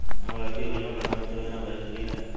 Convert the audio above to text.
हमार लड़की भईल बा प्रधानमंत्री योजना भर सकीला?